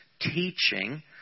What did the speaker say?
teaching